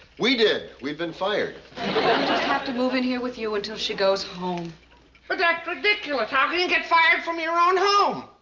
we did. we've been fired. we'll just have to move in here with you until she goes home. but that's ridiculous. how can you get fired from your own home?